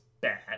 bad